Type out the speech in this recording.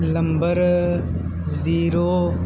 number zero